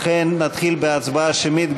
לכן, נתחיל בהצבעה שמית.